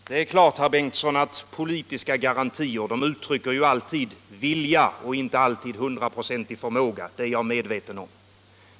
Herr talman! Det är klart, herr Bengtsson i Landskrona, att politiska garantier uttrycker vilja och inte alltid hundraprocentig förmåga — det är jag medveten om.